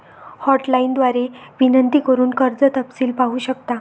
hotline द्वारे विनंती करून कर्ज तपशील पाहू शकता